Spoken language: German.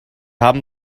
haben